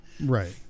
Right